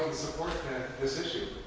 support this issue.